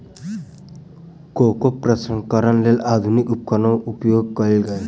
cocoa प्रसंस्करणक लेल आधुनिक उपकरणक उपयोग कयल गेल